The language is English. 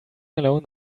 alone